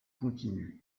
continue